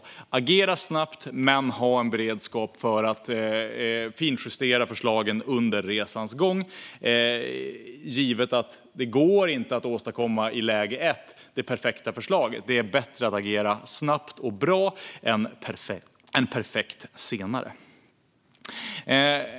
Vi ska agera snabbt men ha en beredskap för att finjustera förslagen under resans gång, givet att det inte går att åstadkomma i läge 1 det perfekta förslaget. Det är bättre att agera snabbt och bra än perfekt senare.